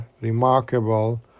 remarkable